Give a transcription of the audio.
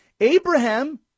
Abraham